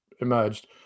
emerged